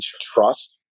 Trust